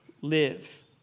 live